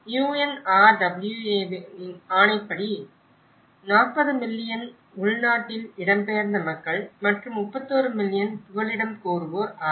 UNRWAவின் ஆணைப்படி 40 மில்லியன் உள்நாட்டில் இடம்பெயர்ந்த மக்கள் மற்றும் 31 மில்லியன் புகலிடம் கோருவோர் ஆவர்